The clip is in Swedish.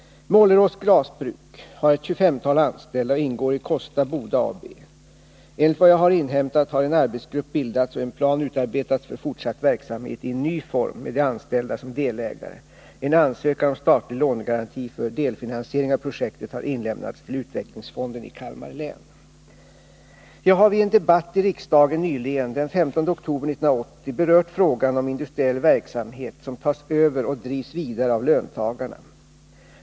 Målerås glasbruk har ca 25 anställda och ingår i Kosta Boda AB. Enligt vad jag har inhämtat har en arbetsgrupp bildats och en plan utarbetats för fortsatt verksamhet i ny form med de anställda som delägare. En ansökan om statlig lånegaranti för delfinansiering av projektet har inlämnats till utvecklingsfonden i Kalmar län. Jag har vid en debatt i riksdagen nyligen — den 15 oktober 1980 — berört frågan om industriell verksamhet som tas över och drivs vidare av löntagarna.